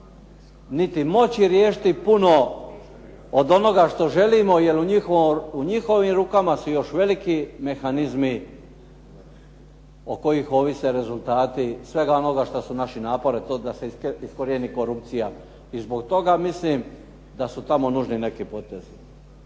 niti moći riješiti puno od onoga što želimo jer u njihovim rukama su još veliki mehanizmi od kojih ovise rezultati svega onoga što su naši napori to da se iskorijeni korupcija i zbog toga mislim da su tamo nužni neki potezi.